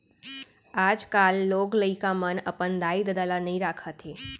आजकाल लोग लइका मन अपन दाई ददा ल नइ राखत हें